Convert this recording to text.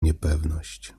niepewność